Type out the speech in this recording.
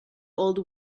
old